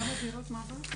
כמה דירות מעבר?